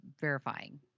verifying